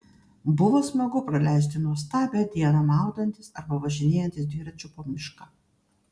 buvo smagu praleisti nuostabią dieną maudantis arba važinėjantis dviračiu po mišką